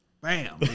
Bam